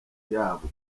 yabwo